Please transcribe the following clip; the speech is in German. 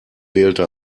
wählte